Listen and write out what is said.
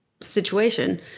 situation